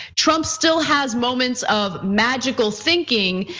trump still has moments of magical thinking.